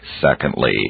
Secondly